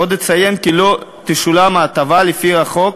עוד נציין כי לא תשולם ההטבה לפי החוק